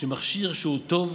שמכשיר שהוא טוב,